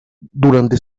durante